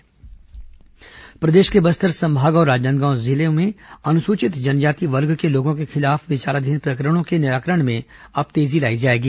अनुसूचित जनजाति प्रकरण वापसी प्रदेश के बस्तर संभाग और राजनांदगांव जिले में अनुसूचित जनजाति वर्ग के लोगों के खिलाफ विचाराधीन प्रकरणों के निराकरण में अब तेजी लाई जाएगी